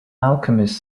alchemist